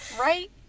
Right